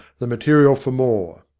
the material for more.